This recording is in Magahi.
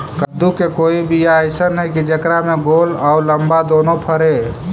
कददु के कोइ बियाह अइसन है कि जेकरा में गोल औ लमबा दोनो फरे?